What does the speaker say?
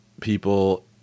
people